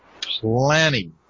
plenty